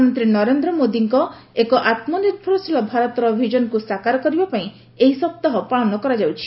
ପ୍ରଧାନମନ୍ତ୍ରୀ ନରେନ୍ଦ୍ର ମୋଦୀଙ୍କ ଏକ ଆତ୍ମନିର୍ଭରଶୀଳ ଭାରତର ଭିଜନକୁ ସାକାର କରିବା ପାଇଁ ଏହି ସପ୍ତାହ ପାଳନ କରାଯାଉଛି